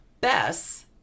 Bess